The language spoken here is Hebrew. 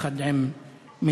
והיא יחד עם משפחתה.